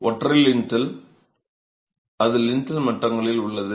ஒற்றை லிண்டல் அது லிண்டல் மட்டங்களில் உள்ளது